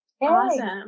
Awesome